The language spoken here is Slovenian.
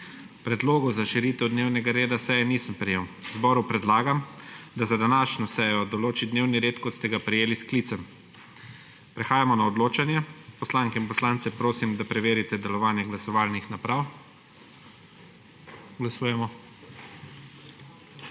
Predlogov za širitev dnevnega reda seje nisem prejel. Zboru predlagam, da za današnjo sejo določi dnevni red, kot ga je prejel s sklicem seje. Prehajamo na odločanje. Poslanke in poslance prosim, da preverijo delovanje glasovalnih naprav. Glasujemo.